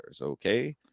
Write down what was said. Okay